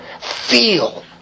feel